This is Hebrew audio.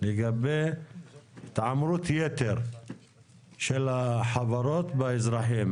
לגבי התעמרות יתר של החברות באזרחים?